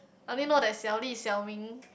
I only know that Xiao li Xiao ming